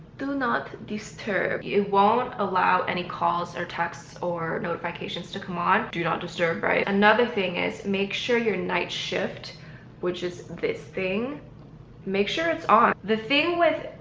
do not disturb it won't allow any calls or texts or notifications to come on do not disturb right? another thing is make sure your night shift which is this thing make sure it's on the thing with.